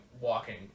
walking